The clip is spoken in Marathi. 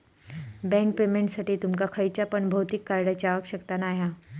बँक पेमेंटसाठी तुमका खयच्या पण भौतिक कार्डची आवश्यकता नाय हा